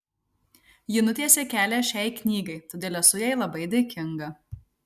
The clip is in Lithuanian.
ji nutiesė kelią šiai knygai todėl esu jai labai dėkinga